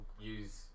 use